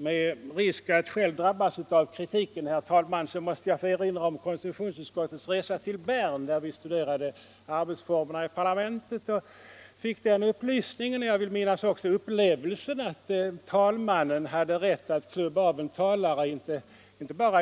Med risk att själv drabbas av kritiken måste jag, herr talman, få erinra om konstitutionsutskottets resa till Bern, där vi studerade arbetsformerna i parlamentet: Vi fick där den upplysningen och — vill jag minnas — även upplevelsen att talmannen har rätt att klubba av en talare inte bara